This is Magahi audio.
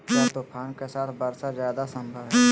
क्या तूफ़ान के साथ वर्षा जायदा संभव है?